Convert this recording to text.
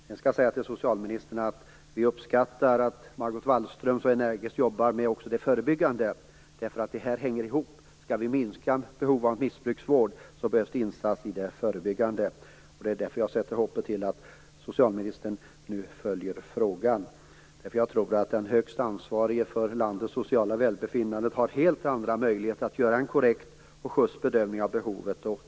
Sedan skall jag säga till socialministern att vi uppskattar att hon så energiskt jobbar också med det förebyggande, därför att det hänger ihop. Om vi skall minska behovet av missbrukarvård behövs det insatser i det förebyggande arbetet. Det är därför som jag sätter hopp till att socialministern nu följer frågan. Jag tror att den högste ansvarige för landets sociala välbefinnande har helt andra möjligheter att göra en korrekt och schyst bedömning av behovet.